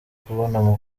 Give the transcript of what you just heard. kubona